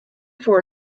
for